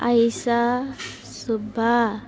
Ayesha Subba